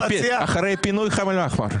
אחרי פינוי חאן אל-אח'מר.